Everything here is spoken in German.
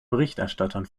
berichterstattern